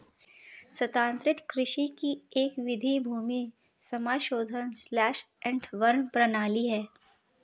स्थानांतरित कृषि की एक विधि भूमि समाशोधन स्लैश एंड बर्न प्रणाली है